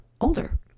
older